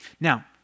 Now